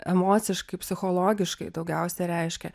emociškai psichologiškai daugiausia reiškiė